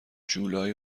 جولای